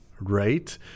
right